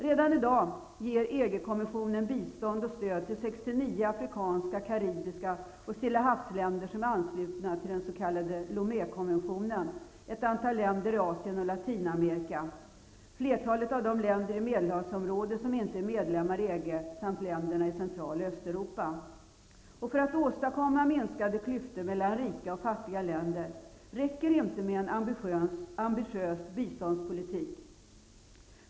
Redan i dag ger EG-kommissionen bistånd och stöd till 69 afrikanska, karibiska och stillahavsländer, vilka är anslutna till den s.k. Lomékonventionen, som också har undertecknats av ett antal länder i Asien och Latinamerika, flertalet av de länder i Medelhavsområdet som inte är medlemmar i EG samt länderna i Central och För att åstadkomma minskade klyftor mellan rika och fattiga länder räcker det inte med en ambitiös biståndspolitik.